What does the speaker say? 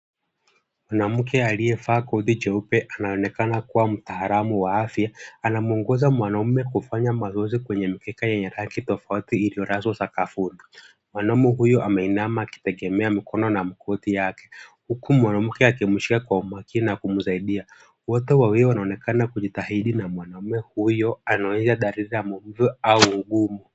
Mwanamke aliyevaa koti jeupe anaonekana kuwa mtaalamu wa afya, anamwongoza mwanaume kufanya mazoezi kwenye mkeka yenye rangi tofauti iliyolazwa sakafuni. Mwanaume huyo ameinama akitegemea mikono na magoti yake huku mwanamke akimshika kwa umakini na kumsaidia. Wote wawili wanaonekana kujitahidi na mwanaume huyo anaonyesha dalili za maumivu au ugumu.